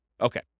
Okay